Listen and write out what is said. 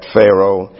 Pharaoh